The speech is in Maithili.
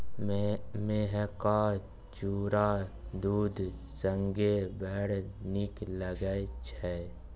मेहका चुरा दूध संगे बड़ नीक लगैत छै